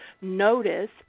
notice